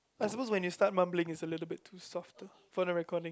am suppose when you start mumbling it's a little bit too soft to for the recordings